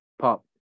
pop